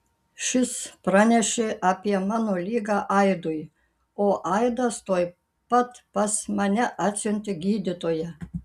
šis pranešė apie mano ligą aidui o aidas tuoj pat pas mane atsiuntė gydytoją